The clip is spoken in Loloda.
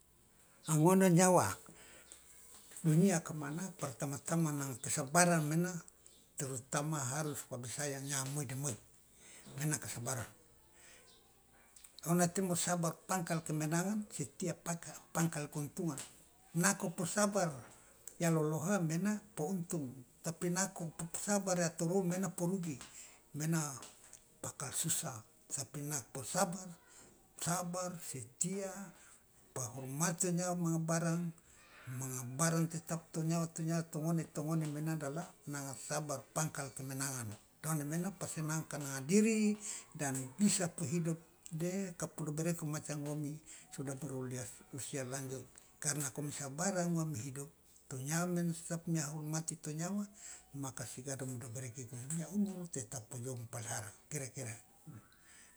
A ngone nyawa duniaka mana partama tama nanga kesabaran maena terutama harus pa bisayang nyawa moi de moi maena kasabarang ona temo sabar pangkal kemenangan setiap paka pangkal keuntungan nako posabar ya loloha maena po untung tapi nako posabar ya torou maena po rugi maena paka susa tapi nako sabar saabar setia pa hormati o nyawa manga barang manga barang tetap to nyawa to nyawa to ngone to ngone maena adalah nanga sabar pangkal kemenangan done maena pasti nanga ka nanga diri dan bisa po hidup de kapo dobereki macam ngomi suda di usia lanjut karna nako mi sabarang wa mi hidup to nyawa men tetap mea hormati to nyawa maka sigado mi doberekika mia umur tetap o jou mi palihara kira kira.